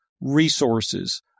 resources